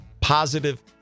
positive